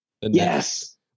yes